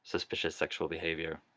suspicious sexual behaviour,